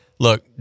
look